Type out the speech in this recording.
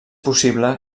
possible